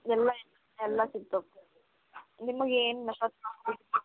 ಎಲ್ಲ ಐತಿ ಎಲ್ಲ ಸಿಗ್ತವು ನಿಮಗೆ ಏನು ಮಸಾಜ್ ಮಾಡಬೇಕು